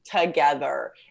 together